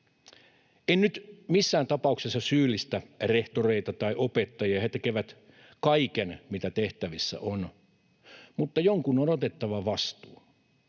En nyt missään tapauksessa syyllistä rehtoreita tai opettajia — he tekevät kaiken, mitä tehtävissä on — mutta jonkun on otettava vastuu.